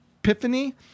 epiphany